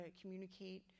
communicate